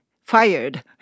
fired